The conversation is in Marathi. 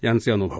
यांचे अनुभव